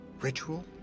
ritual